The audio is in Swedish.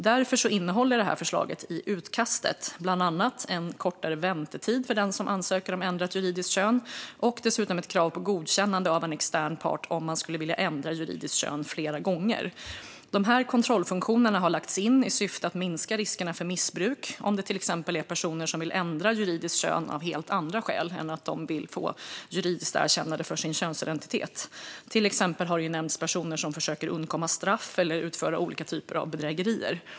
Därför innehåller detta förslag i utkastet bland annat en kortare väntetid för den som ansöker om ändrat juridiskt kön och dessutom ett krav på godkännande av en extern part om man skulle vilja ändra juridiskt kön flera gånger. Dessa kontrollfunktioner har lagts in i syfte att minska riskerna för missbruk, om personer till exempel vill ändra juridiskt kön av helt andra skäl än att de vill få ett juridiskt erkännande av sin könsidentitet. Det har till exempel nämnts personer som försöker undkomma straff eller utföra olika typer av bedrägerier.